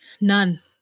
None